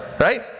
right